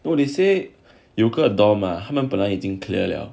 though they say 有个 dorm ah 他们讲本来已经 clear 了